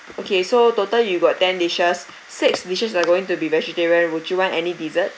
okay so total you got ten dishes six dishes are going to be vegetarian would you want any dessert